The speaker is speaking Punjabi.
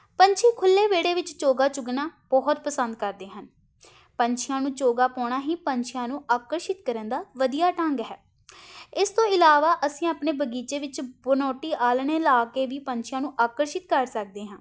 ਪੰਛੀ ਖੁੱਲ੍ਹੇ ਵਿਹੜੇ ਵਿੱਚ ਚੋਗਾ ਚੁਗਣਾ ਬਹੁਤ ਪਸੰਦ ਕਰਦੇ ਹਨ ਪੰਛੀਆਂ ਨੂੰ ਚੋਗਾ ਪਾਉਣਾ ਹੀ ਪੰਛੀਆਂ ਨੂੰ ਆਕਰਸ਼ਿਤ ਕਰਨ ਦਾ ਵਧੀਆ ਢੰਗ ਹੈ ਇਸ ਤੋਂ ਇਲਾਵਾ ਅਸੀਂ ਆਪਣੇ ਬਗੀਚੇ ਵਿੱਚ ਬਣਾਉਟੀ ਆਲ੍ਹਣੇ ਲਾ ਕੇ ਵੀ ਪੰਛੀਆਂ ਨੂੰ ਆਕਰਸ਼ਿਤ ਕਰ ਸਕਦੇ ਹਾਂ